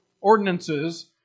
ordinances